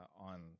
on